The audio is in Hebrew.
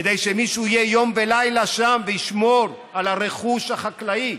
כדי שמישהו יהיה שם יום ולילה וישמור על הרכוש החקלאי,